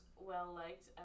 well-liked